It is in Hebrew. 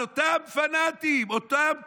על אותם פנאטים, אותם כללים,